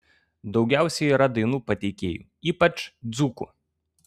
daugiausiai yra dainų pateikėjų ypač dzūkų